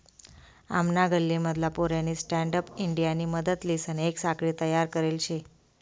आमना गल्ली मधला पोऱ्यानी स्टँडअप इंडियानी मदतलीसन येक साखळी तयार करले शे